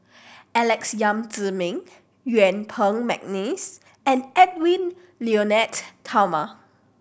Alex Yam Ziming Yuen Peng McNeice and Edwy Lyonet Talma